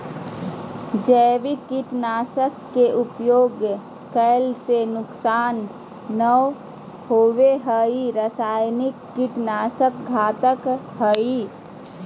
जैविक कीट नाशक के उपयोग कैला से नुकसान नै होवई हई रसायनिक कीट नाशक घातक हई